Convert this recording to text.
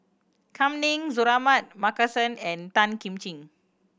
Kam Ning Suratman Markasan and Tan Kim Ching